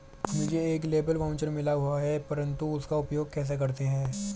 मुझे एक labour voucher मिला हुआ है परंतु उसका उपयोग कैसे करते हैं?